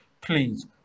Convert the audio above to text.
please